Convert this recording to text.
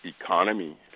economy